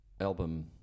album